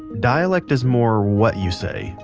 dialect is more what you say,